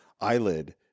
eyelid